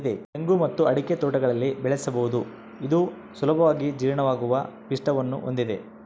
ತೆಂಗು ಮತ್ತು ಅಡಿಕೆ ತೋಟಗಳಲ್ಲಿ ಬೆಳೆಸಬಹುದು ಇದು ಸುಲಭವಾಗಿ ಜೀರ್ಣವಾಗುವ ಪಿಷ್ಟವನ್ನು ಹೊಂದಿದೆ